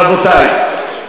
רבותי,